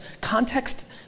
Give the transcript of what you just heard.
context